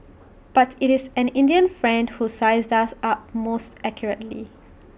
but IT is an Indian friend who sized us up most accurately